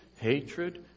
hatred